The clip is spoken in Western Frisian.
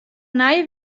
nije